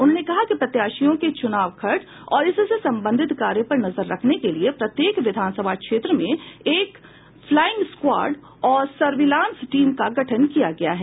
उन्होंने कहा कि प्रत्याशियों के चुनाव खर्च और इससे संबंधित कार्य पर नजर रखने के लिये प्रत्येक विधान सभा क्षेत्र में एक फ्लाइंग स्क्वायड और सर्विलांस टीम का गठन किया गया है